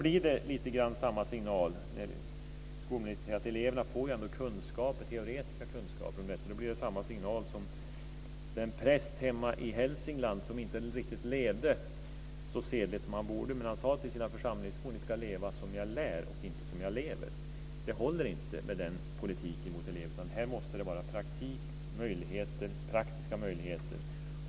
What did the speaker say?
När skolministern säger att eleverna ändå får teoretiska kunskaper om detta blir det samma signal som från den präst hemma i Hälsingland, som inte levde riktigt så sedligt som han borde. Han sade till sina församlingsbor: Ni ska leva som jag lär och inte som jag lever. Det håller inte med en sådan politik gentemot elever, utan i detta sammanhang måste det handla om praktiska möjligheter.